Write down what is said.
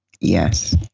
yes